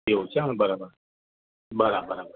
એવું છે એમ ને બરાબર બરાબર બરાબર